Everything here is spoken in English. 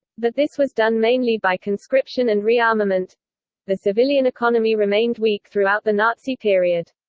but this was done mainly by conscription and rearmament the civilian economy remained weak throughout the nazi period.